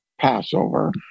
Passover